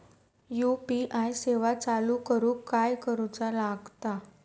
UPI सेवा चालू करूक काय करूचा लागता?